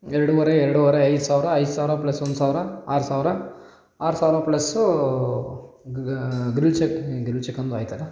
ಎರಡುವರೆ ಎರಡುವರೆ ಐದು ಸಾವಿರ ಐದು ಸಾವಿರ ಪ್ಲಸ್ ಒಂದು ಸಾವಿರ ಆರು ಸಾವಿರ ಆರು ಸಾವಿರ ಪ್ಲಸ್ಸೂ ಗ್ರಿಲ್ ಚಿಕ್ ಗ್ರಿಲ್ ಚಿಕನ್ದು ಆಯ್ತಲ್ಲ